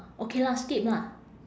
okay lah skip lah